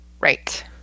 Right